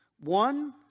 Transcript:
One